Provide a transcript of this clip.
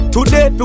Today